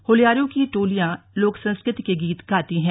होल्यारों की टोलियां लोक संस्कृति के गीत गाती हैं